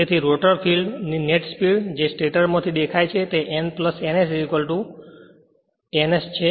તેથી rotor field ની net speed જે સ્ટેટર માથી દેખાય છે તે n ns n n s છે